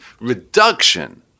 reduction